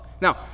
Now